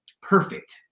perfect